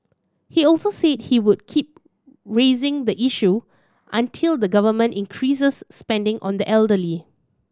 he also said he would keep raising the issue until the Government increased spending on the elderly